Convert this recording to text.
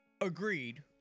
Agreed